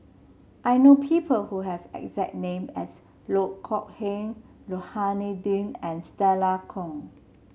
I know people who have exact name as Loh Kok Heng Rohani Din and Stella Kon